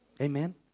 Amen